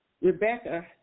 Rebecca